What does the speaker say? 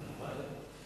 ההצעה להעביר את